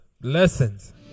Lessons